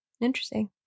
Interesting